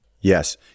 Yes